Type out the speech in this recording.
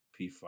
P5